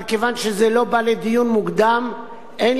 אבל כיוון שזה לא בא לדיון מוקדם אין